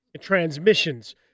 transmissions